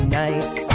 nice